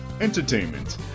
entertainment